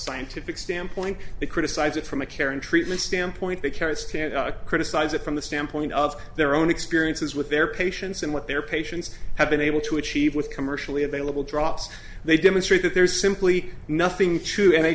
scientific standpoint they criticize it for mccarran treatment standpoint the carrots can criticize it from the standpoint of their own experiences with their patients and what their patients have been able to achieve with commercially available drops they demonstrate that there's simply nothing to and they